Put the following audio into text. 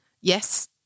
Yes